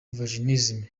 vaginisme